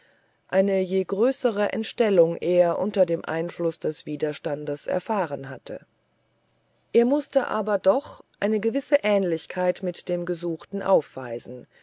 eine je größere entstellung er unter dem einfluß des widerstandes erfahren hatte er mußte aber doch eine gewisse ähnlichkeit mit dem gesuchten aufweisen